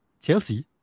Chelsea